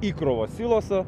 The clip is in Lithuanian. įkrovos siloso